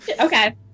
Okay